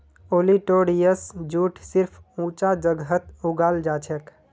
olitorius jute सिर्फ ऊंचा जगहत उगाल जाछेक